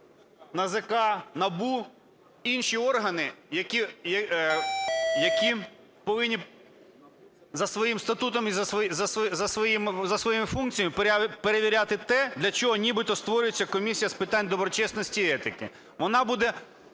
НАЗК, НАБУ і інші органи, які повинні за своїм статутом і за своїми функціями перевіряти те для чого нібито створюється Комісія з питань доброчесності і етики. Вона буде